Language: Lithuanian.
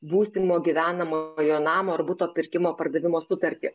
būsimo gyvenamojo namo ar buto pirkimo pardavimo sutartį